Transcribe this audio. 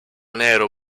nero